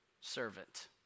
Servant